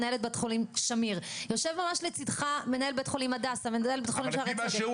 יושבת מאחוריך מנהלת בית חולים שמיר,